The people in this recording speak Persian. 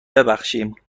ببخشیم